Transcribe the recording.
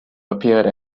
appeared